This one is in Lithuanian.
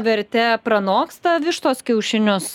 verte pranoksta vištos kiaušinius